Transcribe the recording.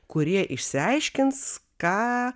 kurie išsiaiškins ką